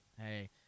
Hey